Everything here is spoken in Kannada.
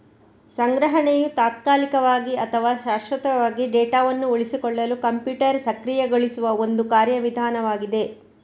ಸಂಗ್ರಹಣೆಯು ತಾತ್ಕಾಲಿಕವಾಗಿ ಅಥವಾ ಶಾಶ್ವತವಾಗಿ ಡೇಟಾವನ್ನು ಉಳಿಸಿಕೊಳ್ಳಲು ಕಂಪ್ಯೂಟರ್ ಸಕ್ರಿಯಗೊಳಿಸುವ ಒಂದು ಕಾರ್ಯ ವಿಧಾನವಾಗಿದೆ